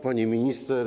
Pani Minister!